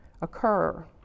occur